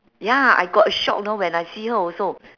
ya I got a shock you know when I see her also